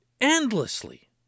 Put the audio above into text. endlessly